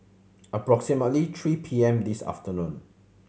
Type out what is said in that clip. approximately three P M this afternoon